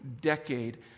decade